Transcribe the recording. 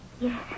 Yes